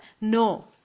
no